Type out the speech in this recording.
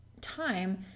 time